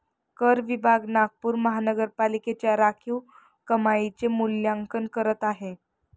कर विभाग नागपूर महानगरपालिकेच्या राखीव कमाईचे मूल्यांकन करत आहे